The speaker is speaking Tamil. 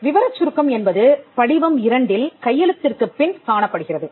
விவரச் சுருக்கம் என்பது படிவம் 2ல் கையெழுத்துக்குப் பின் காணப்படுகிறது